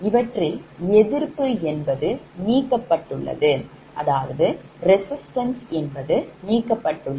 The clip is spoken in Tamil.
இவற்றில் எதிர்ப்பு என்பது நீக்கப்பட்டுள்ளது